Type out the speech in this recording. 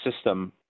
system